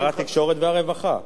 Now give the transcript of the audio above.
שר התקשורת והרווחה.